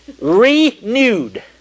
renewed